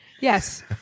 Yes